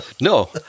No